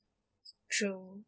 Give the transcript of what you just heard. true